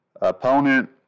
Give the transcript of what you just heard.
opponent